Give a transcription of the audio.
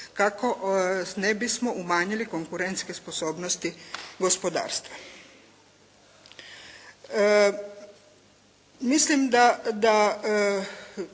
kako ne bismo umanjili konkurentske sposobnosti gospodarstva.